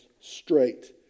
straight